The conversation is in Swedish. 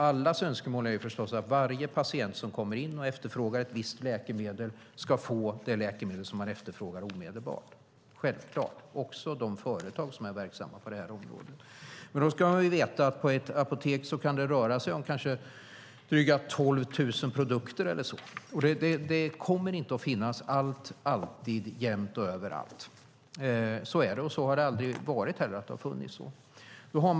Allas önskemål är förstås att varje patient som kommer in och efterfrågar ett visst läkemedel ska få det läkemedlet omedelbart, självklart. Det gäller också de företag som är verksamma på det här området. Men då ska vi veta att det på ett apotek kan röra sig om kanske drygt 12 000 produkter, och det kommer inte att finnas allt alltid, jämt och överallt. Så är det. Det har heller aldrig varit så att det har funnits på det viset.